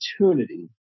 opportunity